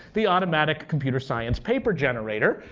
the automatic computer science paper generator,